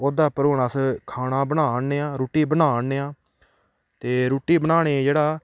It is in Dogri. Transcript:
ओह्दे पर हून अस खाना बना ने आं रुट्टी बना ने आं ते रुट्टी बनाने जेह्ड़ा